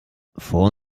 vor